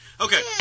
Okay